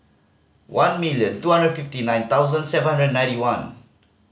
one million two hundred fifty nine thousand seven hundred and ninety one